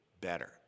better